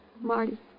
Marty